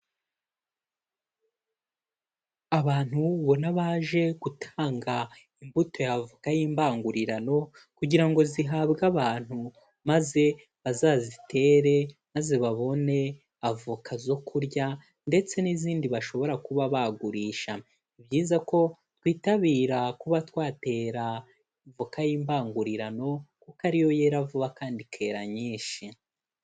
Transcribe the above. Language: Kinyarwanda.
Abantu ubona baje gutanga imbuto ya avoka y'ibangurirano kugira ngo zihabwe abantu, maze bazazitere maze babone avoka zo kurya ndetse n'izindi bashobora kuba bagurisha. Ni byiza ko twitabira kuba twatera voka y'imbangurirano kuko ariyo yera vuba kandi ikera nyinshi.